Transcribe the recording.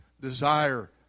desire